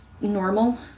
normal